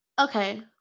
Okay